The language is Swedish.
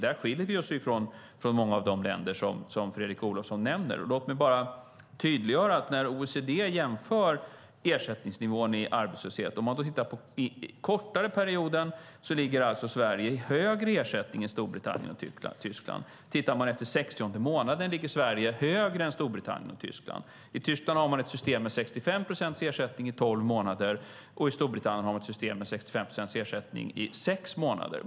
Där skiljer vi oss från många av de länder som Fredrik Olovsson nämner. Låt mig göra tydligt vad som framgår när OECD jämför ersättningsnivån vid arbetslöshet. För den kortare perioden är ersättningen högre i Sverige än i Storbritannien och Tyskland. Efter sex månader ligger Sverige högre än Storbritannien och Tyskland. I Tyskland har man ett system med 65 procents ersättning i tolv månader, och i Storbritannien har man ett system med 65 procents ersättning i sex månader.